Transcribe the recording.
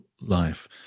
life